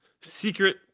secret